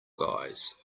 guys